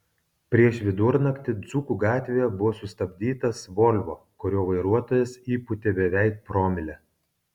prieš vidurnaktį dzūkų gatvėje buvo sustabdytas volvo kurio vairuotojas įpūtė beveik promilę